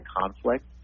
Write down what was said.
conflict